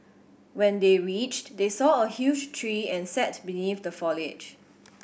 when they reached they saw a huge tree and sat beneath the foliage